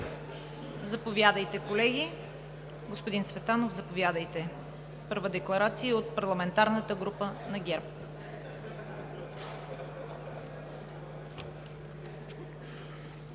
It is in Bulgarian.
Заповядайте, колеги. Господин Цветанов – заповядайте за първа декларация от парламентарната група на ГЕРБ.